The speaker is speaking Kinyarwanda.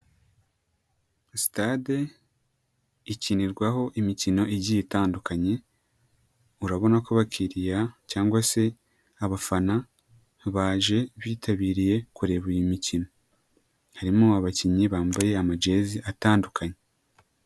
Sitade ikinirwaho imikino igiye itandukanye, urabona ko abakiriya cyangwa se abafana baje bitabiriye kureba iyi mikino, harimo abakinnyi bambaye amajezi atandukanye.